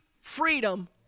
freedom